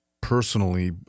personally